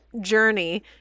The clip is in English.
journey